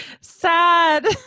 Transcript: sad